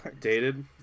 dated